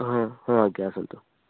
ହଁ ହଁ ଆଜ୍ଞା ଆସନ୍ତୁ